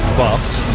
buffs